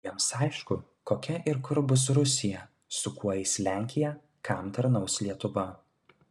jiems aišku kokia ir kur bus rusija su kuo eis lenkija kam tarnaus lietuva